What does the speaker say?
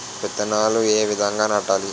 విత్తనాలు ఏ విధంగా నాటాలి?